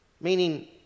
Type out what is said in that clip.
meaning